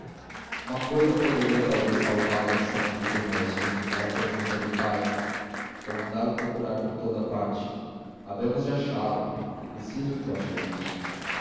uma coisa poderia talvez salvá la disse aflito o moço era a presença do pai vou mandá-lo procurar por toda a parte havemos de achá-lo é preciso que o achemos